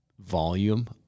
volume